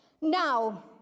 Now